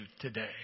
today